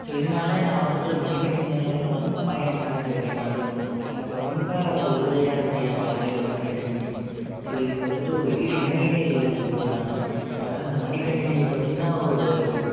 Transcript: so இதனால் நான் வந்துட்டு மடிக்கணினினால் ரொம்ப பயன் அடைஞ்சிருக்கேன் நானு எனக்கு ரொம்ப உதவியாக இருக்குது என் வாழ்க்கையில இந்த மடிக்கணினி ஸோ இதுக்கு வந்துட்டு ஒரு ஈடு இணையே இல்லை சொல்லுவேன் நானு அதனால் இந்த மடிக்கணினி பற்றின ஒரு